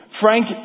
Frank